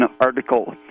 article